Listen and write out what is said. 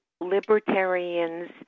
libertarians